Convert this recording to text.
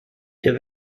der